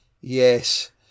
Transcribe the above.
Yes